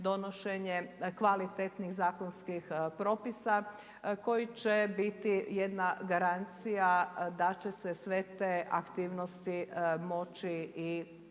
kvalitetnih zakonskih propisa koji će biti jedna garancija da će se sve te aktivnosti moći i trebaju